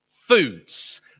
Foods